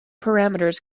parameters